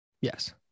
Yes